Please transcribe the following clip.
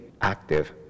active